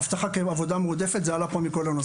אבטחה כעבודה מועדפת עלתה פה.